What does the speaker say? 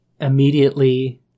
immediately